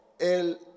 el